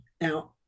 Now